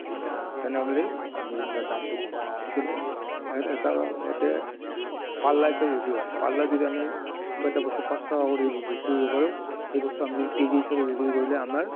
তেনেহ'লে আমি কিন্তু দামটো কম পাওঁ হ'লছেল কম ইয়াত এটা ইয়াতে পাল্লা হিচাপে বিক্ৰী কৰে পাল্লা যদি আমি কিবা এটা বস্তু পাঁচ টকা কৰি বিক্ৰী কৰিব পাৰোঁ সেই বস্তুটো আমি যদি কেজি হিচাপে বিক্ৰী কৰিলে আমাৰ